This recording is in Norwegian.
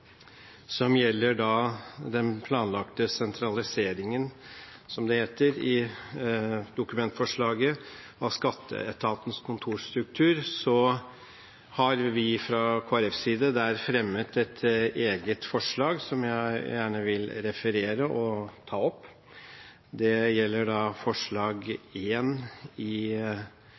som gjelder den planlagte sentraliseringen av Skatteetatens kontorstruktur, som det heter i Dokument 8-forslaget, har vi fra Kristelig Folkepartis side fremmet et eget forslag, som jeg gjerne vil referere og ta opp. Det gjelder mindretallsforslag nr. 1 i